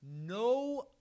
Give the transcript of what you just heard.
No